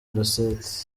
rosette